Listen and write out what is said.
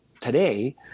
today